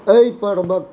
एहि पर्वके